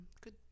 good